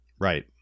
Right